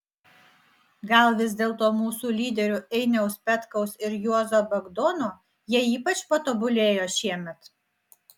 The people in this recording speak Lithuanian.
gal vis dėlto mūsų lyderių einiaus petkaus ir juozo bagdono jie ypač patobulėjo šiemet